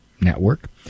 network